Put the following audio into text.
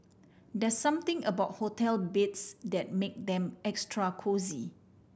there something about hotel beds that make them extra cosy